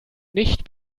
nicht